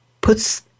puts